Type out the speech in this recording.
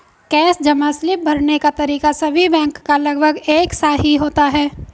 cash जमा slip भरने का तरीका सभी बैंक का लगभग एक सा ही होता है